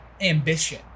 ambition